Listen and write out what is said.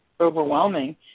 Overwhelming